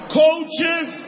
coaches